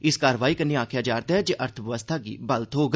इस कार्रवाई कन्नै आखेआ जा'रदा ऐ जे अर्थबवस्था गी बल थोग